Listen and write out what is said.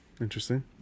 interesting